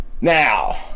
Now